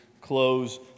close